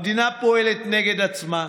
המדינה פועלת נגד עצמה.